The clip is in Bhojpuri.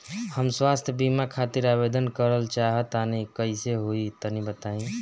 हम स्वास्थ बीमा खातिर आवेदन करल चाह तानि कइसे होई तनि बताईं?